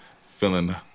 feeling